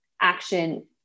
action